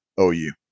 OU